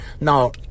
Now